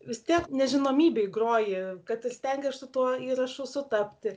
vis tiek nežinomybei groji kad ir stengies su tuo įrašu sutapti